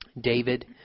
David